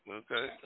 okay